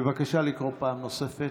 בבקשה לקרוא פעם נוספת.